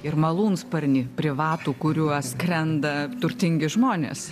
ir malūnsparnį privatų kuriuo skrenda turtingi žmonės